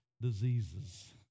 diseases